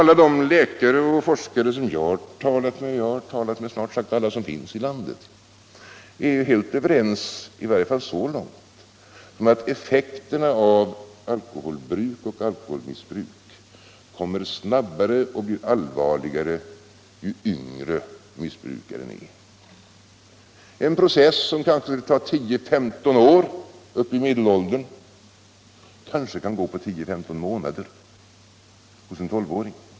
Alla de läkare och forskare som jag har talat med — och jag har talat med snart sagt alla som finns i landet — är helt överens, i varje fall så långt att effekterna av alkoholbruk och alkoholmissbruk kommer snabbare och blir allvarligare ju yngre missbrukaren är. En process som kanske tar 10-15 år i medelåldern kan gå på 10-15 månader hos en 12 åring.